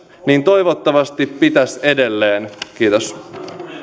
toivottavasti pitäisi edelleen kiitos